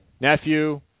nephew